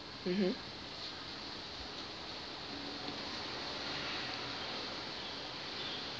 mmhmm